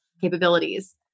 capabilities